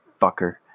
fucker